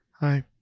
Hi